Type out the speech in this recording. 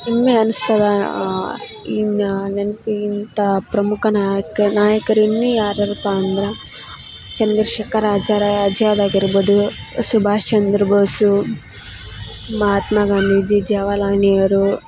ನಿಮಗೆ ಅನ್ಸ್ತದಾ ಇನ್ನ ನೆನಪಿಗಿಂತ ಪ್ರಮುಖ ನಾಯಕ ನಾಯಕರಿನ್ನು ಯಾರು ಯಾರಪ್ಪ ಅಂದರ ಚಂದ್ರಶೇಖರ್ ಅಜಾರ ಅಜಾದ್ ಆಗಿರ್ಬೋದು ಸುಭಾಷ್ ಚಂದ್ರ ಬೋಸು ಮಹಾತ್ಮ ಗಾಂಧೀಜಿ ಜವಹರ್ ಲಾಲ್ ನೆಹರು